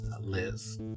liz